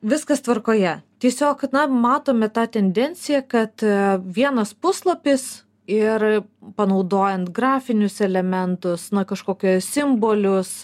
viskas tvarkoje tiesiog na matome tą tendenciją kad vienas puslapis ir panaudojant grafinius elementus na kažkokią simbolius